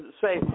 say